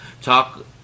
Talk